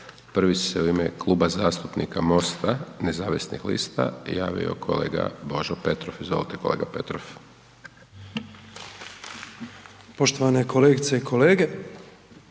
Prvi se u ime Kluba zastupnika MOST-a nezavisnih lista javio kolega Božo Petrov, izvolite kolega Petrov. **Petrov, Božo